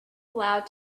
allowed